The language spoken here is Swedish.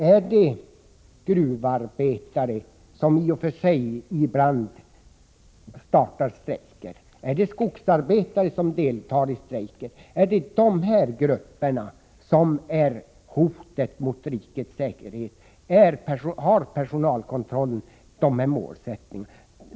Är det gruvarbetare, som i och för sig ibland startar strejk, eller är det skogsarbetare som deltar i strejker som utgör hotet mot rikets säkerhet? Har personalkontrollen dessa som sina målgrupper?